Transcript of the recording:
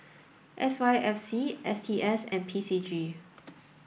S Y F C S T S and P C G